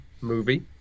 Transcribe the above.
movie